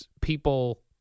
people